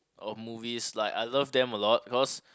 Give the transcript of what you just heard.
or movies like I love them a lot because